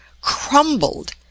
crumbled